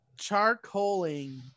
charcoaling